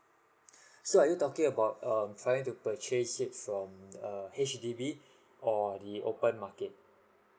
so are you talking about err trying to purchase it from err H_D_B or the open market